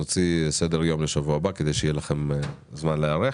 נוציא סדר יום לשבוע הבא כדי שיהיה לכם זמן להיערך.